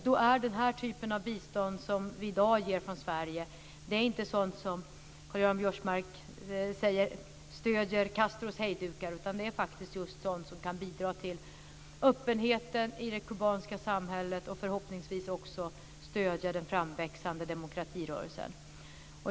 Då är den här typen av bistånd som vi i dag ger från Sverige inte sådant som Karl-Göran Biörsmark säger stöder Castros "hejdukar", utan det är just sådant som kan bidra till öppenhet i det kubanska samhället och förhoppningsvis också stödja den framväxande demokratirörelsen.